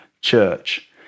church